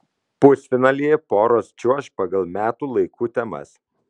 pusfinalyje poros čiuoš pagal metų laikų temas